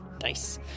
Nice